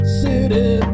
city